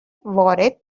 وارد